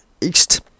East